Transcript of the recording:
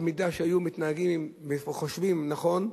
במידה שהיו מתנהגים וחושבים נכון,